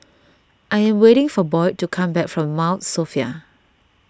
I am waiting for Boyd to come back from Mount Sophia